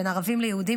בין ערבים ליהודים,